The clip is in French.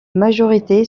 majorité